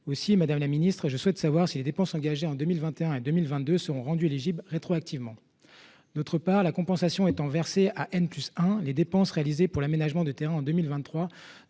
Aussi, madame la ministre, je souhaite savoir si les dépenses engagées en 2021 et 2022 seront rendues éligibles rétroactivement. Par ailleurs, la compensation étant versée à +1, les dépenses réalisées pour l’aménagement de terrains en 2023